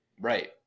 right